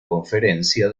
conferencia